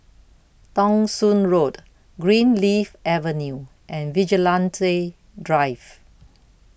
Thong Soon Road Greenleaf Avenue and Vigilante Drive